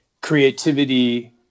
creativity